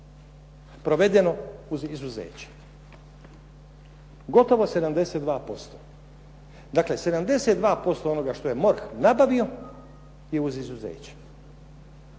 provedeno uz izuzeće, Gotovo 72%. Dakle, 72% onoga što je MORH nabavio je uz izuzeće.